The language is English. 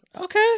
Okay